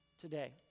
today